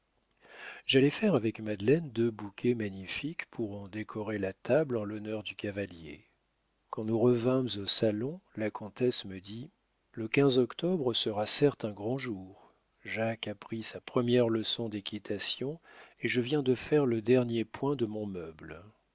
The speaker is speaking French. j'allai faire avec madeleine deux bouquets magnifiques pour en décorer la table en l'honneur du cavalier quand nous revînmes au salon la comtesse me dit le quinze octobre sera certes un grand jour jacques a pris sa première leçon d'équitation et je viens de faire le dernier point de mon meuble